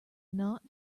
not